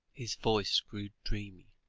his voice grew dreamy,